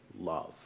love